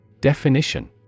Definition